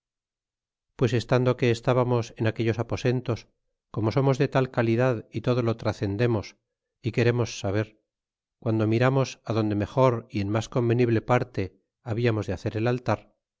pues estando que estábamos en aquellos aposentos como somos de tal calidad é todo lo tracendemos é queremos saber guando miramos á dónde mejor y en tnas convenible parte hablarnos de hacer el altar